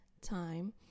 time